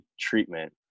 treatment